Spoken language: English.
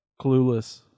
clueless